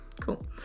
Cool